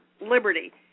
liberty